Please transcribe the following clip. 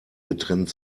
getrennt